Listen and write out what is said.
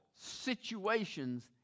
situations